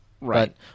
right